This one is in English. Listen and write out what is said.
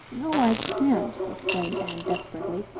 no, i can't, exclaimed anne desperately.